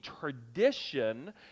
tradition